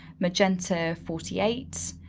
magenta forty eight,